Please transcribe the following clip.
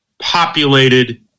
populated